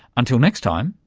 until next time,